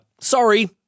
Sorry